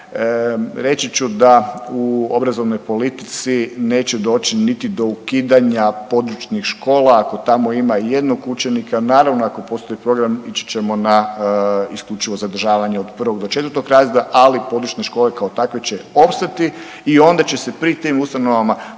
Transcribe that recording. Reći ću da u obrazovnoj politici neće doći ni do ukidanja područnih škola, ako tamo ima i jednog učenika, naravno ako postoji program ići ćemo na isključivo zadržavanje od prvog do četvrtog razreda, ali područne škole kao takve će opstati i onda će se pri tim ustanovama